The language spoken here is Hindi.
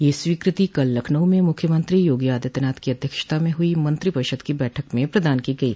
यह स्वीकृति कल लखनऊ में मुख्यमंत्री योगी आदित्यनाथ की अध्यक्षता में हुई मंत्रिपरिषद की बैठक में प्रदान की गयी